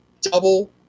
double